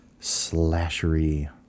slashery